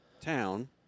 town